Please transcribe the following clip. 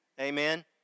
Amen